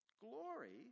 glory